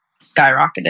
skyrocketed